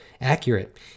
accurate